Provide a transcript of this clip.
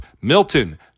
Milton